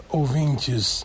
ouvintes